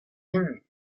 hini